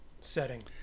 setting